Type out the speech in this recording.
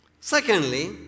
Secondly